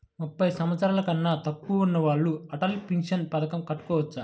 ముప్పై సంవత్సరాలకన్నా తక్కువ ఉన్నవారు అటల్ పెన్షన్ పథకం కట్టుకోవచ్చా?